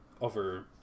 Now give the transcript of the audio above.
over